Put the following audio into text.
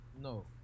No